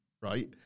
right